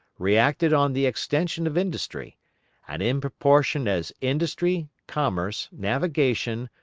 reacted on the extension of industry and in proportion as industry, commerce, navigation,